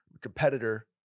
competitor